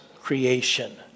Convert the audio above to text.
creation